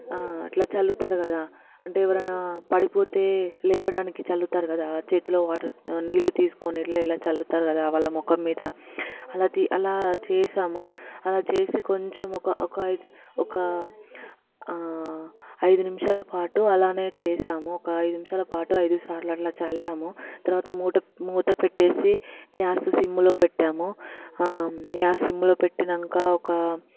అట్లా చల్లుతారు కదా అంటే ఎవరైనా పడిపోతే లేవడానికి చల్లుతారు కదా చేతిలో వాటర్ నీళ్ళు తీసుకొని ఇట్లా ఇట్లా చల్లుతారు కదా వాళ్ళ ముఖం మీద అలా తి అలా చేసాము అలా చేసి కొంచెం ఒక ఒక ఐదు ఒక ఐదు నిమిషాల పాటు అలానే చేసాము ఒక ఐదు నిమిషాల పాటు ఐదుసార్లు అట్లా చల్లాము తరువాత మూట మూత పెట్టేసి గ్యాస్ సిమ్లో పెట్టాము గ్యాస్ సిమ్లో పెట్టాక ఒక